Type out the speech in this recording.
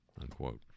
unquote